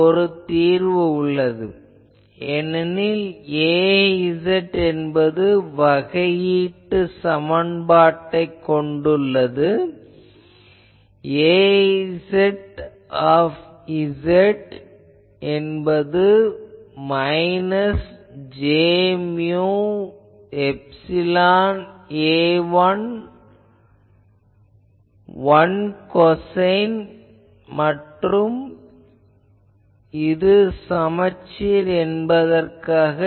ஒரு தீர்வு உள்ளது ஏனெனில் Az என்பது வகையீட்டு சமன்பாட்டைக் கொண்டுள்ளது Az என்பது minus j mu epsilon A1 one cosine மற்றும் இது சமச்சீர் என்பதற்காக